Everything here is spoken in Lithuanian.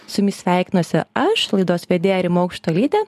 su jumis sveikinuosi aš laidos vedėja rima aukštuolytė